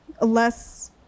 less